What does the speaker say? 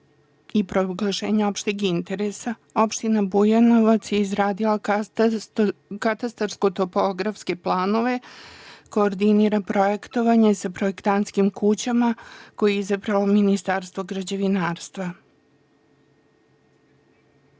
i proglašenje opšteg interesa. Opština Bujanovac je izradila katastarsko topografske planova, koordinira projektovanje sa projektantskim kućama, koje je izabralo Ministarstvo građevinarstva.